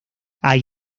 hay